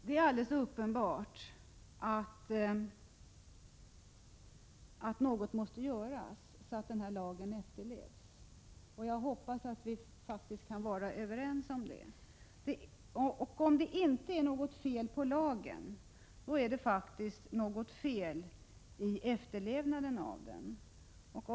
Det är alldeles uppenbart att någonting måste göras, så att lagen efterlevs. Jag hoppas att vi faktiskt kan vara överens om det. Om det inte är något fel på lagen, då är det något fel i efterlevnaden av lagen.